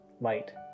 light